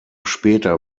später